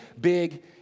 big